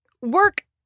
work